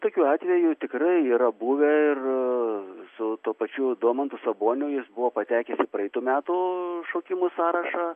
tokių atvejų tikrai yra buvę ir su tuo pačiu domantu saboniu jis buvo patekęs į praeitų metų šaukimo sąrašą